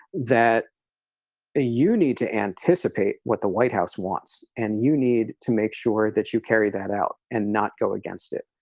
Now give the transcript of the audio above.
that you need to anticipate what the white house wants and you need to make sure that you carry that out and not go against it.